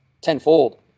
tenfold